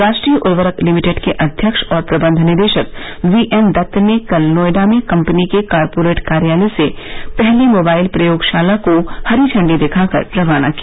राष्ट्रीय उर्वरक लिमिटेड के अध्यक्ष और प्रबंध निदेशक वीएन दत्त ने कल नोएडा में कपनी के कारपोरेट कार्यालय से पहली मोबाइल प्रयोगशाला को झंडी दिखाकर रवाना किया